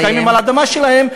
וקיימים על האדמה שלהם,